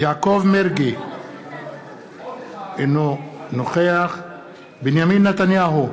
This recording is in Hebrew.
יעקב מרגי, אינו נוכח בנימין נתניהו,